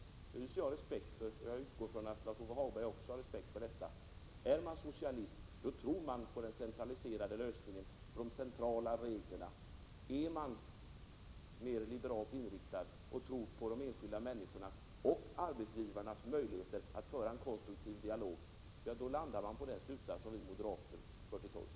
Jag utgår också från att Lars-Ove Hagberg hyser samma respekt. Den som är socialist tror på centrala lösningar och regelsystem. Den som är mer liberalt inriktad och tror på de enskilda människornas och arbetsgivarnas möjligheter att föra en konstruktiv dialog drar samma slutsatser som vi moderater för till torgs.